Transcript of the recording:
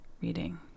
reading